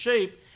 shape